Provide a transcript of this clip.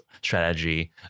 strategy